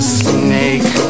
snake